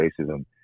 racism